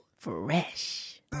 Fresh